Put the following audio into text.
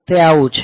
તે આવું છે